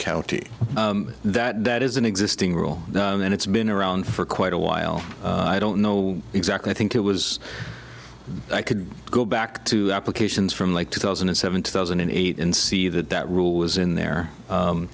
county that that is an existing rule and it's been around for quite a while i don't know exactly i think it was i could go back to applications from like two thousand and seven two thousand and eight and see that that rule was in there